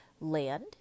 Land